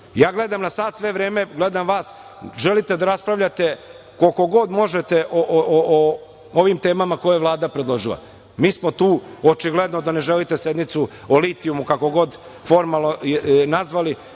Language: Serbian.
Ja gledam na sat sve vreme, gledam vas, sve vreme raspravljate koliko god možete o ovim temama koje je Vlada predložila. Mi smo tu. Očigledno da ne želite sednicu o litijumu, kako god je formalno nazvali,